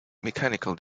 mechanical